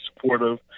supportive